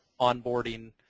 onboarding